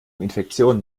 infektionen